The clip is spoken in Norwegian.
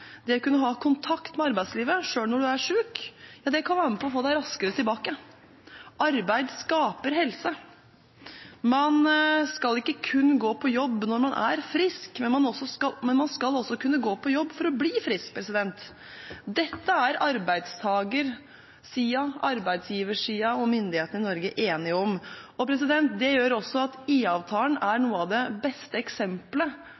det å kunne gå på jobb lite grann, det å kunne ha kontakt med arbeidslivet, selv når du er syk, kan være med å få deg raskere tilbake. Arbeid skaper helse. Man skal ikke gå på jobb kun når man er frisk. Man skal også kunne gå på jobb for å bli frisk. Dette er arbeidstakersiden, arbeidsgiversiden og myndighetene i Norge enige om. Det gjør også at IA-avtalen er kanskje det beste eksempelet